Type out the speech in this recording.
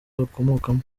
bakomokamo